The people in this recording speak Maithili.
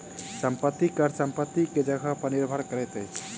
संपत्ति कर संपत्ति के जगह पर निर्भर करैत अछि